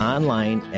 Online